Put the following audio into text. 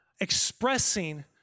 expressing